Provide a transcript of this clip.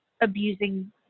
abusing